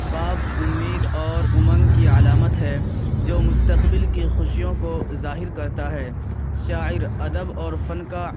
خواب امید اور امنگ کی علامت ہے جو مستقبل کی خوشیوں کو ظاہر کرتا ہے شاعر ادب اور فن کا